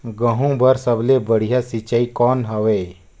गहूं बर सबले बढ़िया सिंचाई कौन हवय?